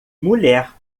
mulher